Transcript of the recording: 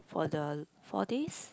for the four days